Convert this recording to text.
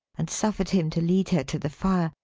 and suffered him to lead her to the fire,